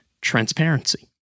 transparency